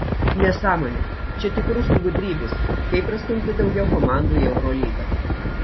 nesąmonė čia tik rusų gudrybės kaip prastumti daugiau komandų į eurolygą